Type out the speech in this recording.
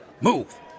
Move